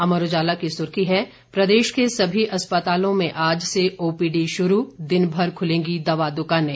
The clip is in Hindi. अमर उजाला की सुर्खी है प्रदेश के सभी अस्पतालों में आज से ओपीडी शुरू दिनभर खुलेंगी दवा दुकानें